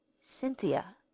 Cynthia